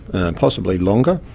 and possibly longer,